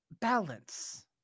Balance